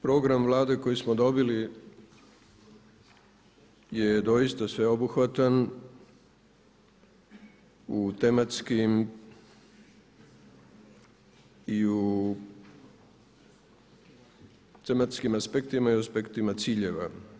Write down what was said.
Program Vlade koji smo dobili je doista sveobuhvatan u tematskim i u tematskim aspektima i u aspektima ciljeva.